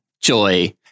Joy